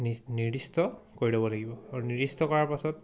নি নিৰ্দিষ্ট কৰি ল'ব লাগিব আৰু নিৰ্দিষ্ট কৰাৰ পাছত